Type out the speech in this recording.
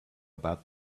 about